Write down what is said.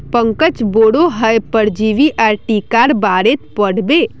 पंकज बोडो हय परजीवी आर टीकार बारेत पढ़ बे